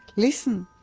listen,